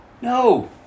No